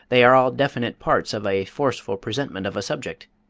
they are all definite parts of a forceful presentment of a subject,